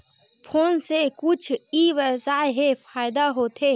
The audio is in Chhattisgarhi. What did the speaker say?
फोन से कुछु ई व्यवसाय हे फ़ायदा होथे?